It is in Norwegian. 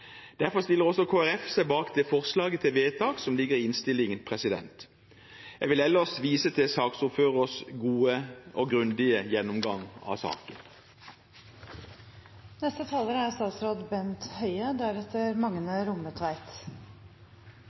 Derfor stiller også Kristelig Folkeparti seg bak forslaget til vedtak som ligger i innstillingen. Jeg vil ellers vise til saksordførerens gode og grundige gjennomgang av